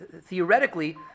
theoretically